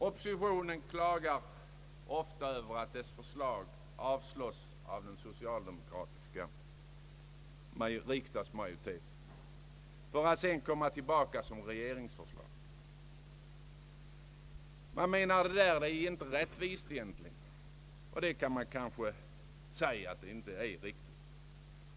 Oppositionen klagar över att dess förslag avslås av den socialdemokratiska riksdagsmajoriteten för att sedan komma tillbaka som regeringsförslag. Man menar att detta inte är rättvist, och det kan man kanske säga.